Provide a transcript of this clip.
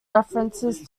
references